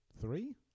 Three